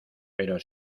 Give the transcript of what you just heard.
pero